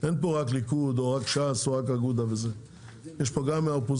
אין פה רק ליכוד או רק ש"ס, יש פה גם מהאופוזיציה.